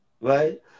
right